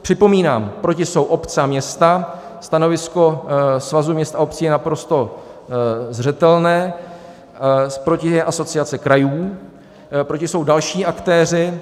Připomínám, proti jsou obce a města, stanovisko Svazu měst a obcí je naprosto zřetelné, proti je Asociace krajů, proti jsou další aktéři.